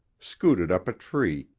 scooted up a tree,